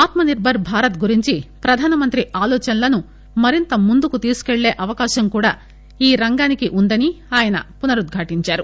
ఆత్మనిర్బర్ భారత్ గురించి ప్రధానమంత్రి ఆలోచనలను మరింత ముందుకు తీసుకుపెళ్ళి అవకాశం కూడా ఈ రంగానికి ఉందని ఆయన పునరుద్ఘాటించారు